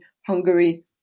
Hungary